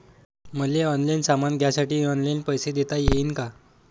मले ऑनलाईन सामान घ्यासाठी ऑनलाईन पैसे देता येईन का?